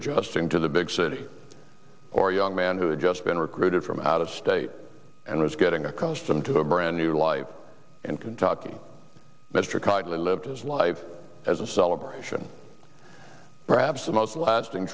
adjusting to the big city or young man who had just been recruited from out of state and was getting accustomed to a brand new life in kentucky mr kite lived his life as a celebration perhaps the most lasting